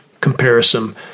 comparison